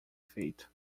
feito